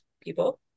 people